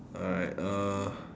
alright uh